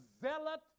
zealot